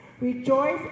Rejoice